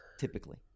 Typically